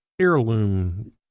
heirloom